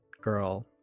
girl